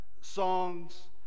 songs